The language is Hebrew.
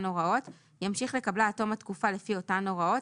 הוראות ימשיך לקבלה עד תום התקופה לפי אותן הוראות,